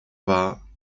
war